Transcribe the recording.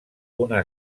una